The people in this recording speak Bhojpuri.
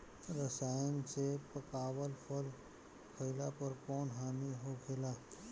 रसायन से पकावल फल खइला पर कौन हानि होखेला?